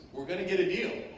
we're gonna get a deal,